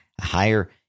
higher